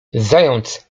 zając